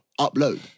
Upload